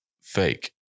fake